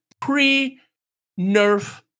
pre-nerf